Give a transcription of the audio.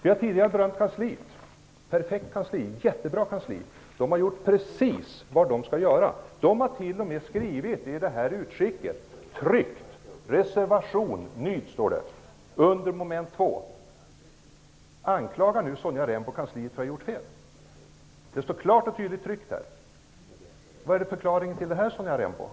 Vi har tidigare berömt utskottskansliet -- det är perfekt, det är jättebra. Där har man gjort precis vad man skall göra. Man har t.o.m. i ett utskick tryckt Sonja Rembo kansliet för att ha gjort fel? Vad är förklaringen till att detta står tryckt?